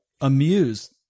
amused